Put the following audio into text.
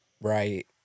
right